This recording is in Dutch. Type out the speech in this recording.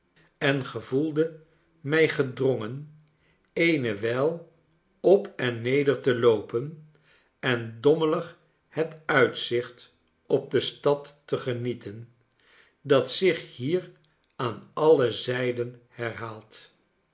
en gevoelde mij gedrongen eene wijl op en neder te loopen en dornmelig het uitzicht op de stad te genieten dat zich hier aan alle zijdenherhaalt